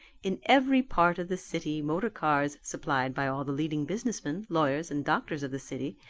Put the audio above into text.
in every part of the city motor cars, supplied by all the leading businessmen, lawyers, and doctors of the city,